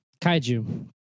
Kaiju